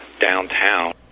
downtown